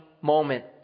moment